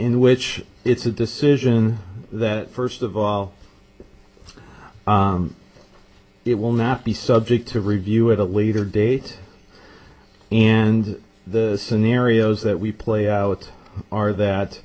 in which it's a decision that first of all it will not be subject to review at a leader date and the scenarios that we play out are that